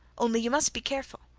only you must be careful.